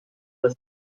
das